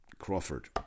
Crawford